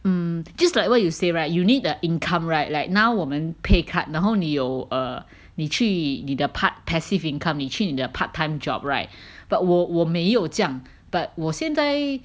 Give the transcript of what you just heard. mm just like what you say right you need the income right like now 我们 pay cut 然后你有 err 你去你的 part passive income 你去你的 part time job right but 我我没有这样 but 我现在